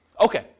Okay